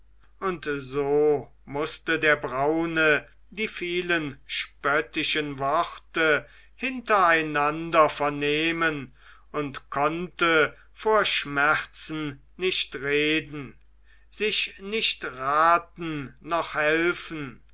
und so mußte der braune die vielen spöttischen worte hintereinander vernehmen und konnte vor schmerzen nicht reden sich nicht raten noch helfen